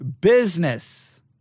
business